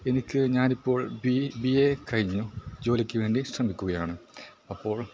എനിക്ക് ഞാനിപ്പോൾ B A കഴിഞ്ഞു ജോലിക്ക് വേണ്ടി ശ്രമിക്കുകയാണ് അപ്പോൾ